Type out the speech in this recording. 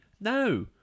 No